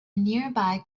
nearby